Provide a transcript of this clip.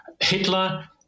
hitler